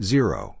Zero